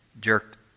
jerked